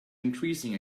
increasing